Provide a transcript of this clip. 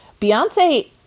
beyonce